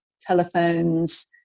telephones